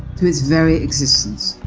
to its very existence,